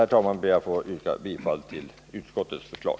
Med detta ber jag att få yrka bifall till utskottets förslag.